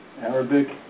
Arabic